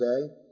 today